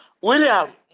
william